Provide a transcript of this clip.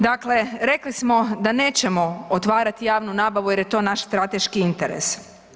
Dakle, rekli smo da nećemo otvarati javnu nabavu jer je to naš strateški interes.